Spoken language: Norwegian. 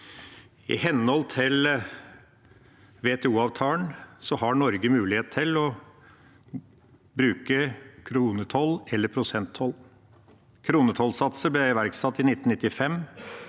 I henhold til WTO-avtalen har Norge mulighet til å bruke kronetoll eller prosenttoll. Kronetollsatser ble iverksatt i 1995.